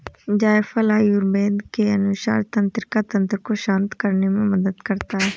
जायफल आयुर्वेद के अनुसार तंत्रिका तंत्र को शांत करने में मदद करता है